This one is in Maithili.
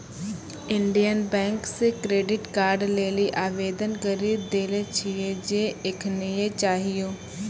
इन्डियन बैंक से क्रेडिट कार्ड लेली आवेदन करी देले छिए जे एखनीये चाहियो